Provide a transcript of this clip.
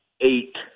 eight